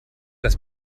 das